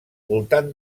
voltant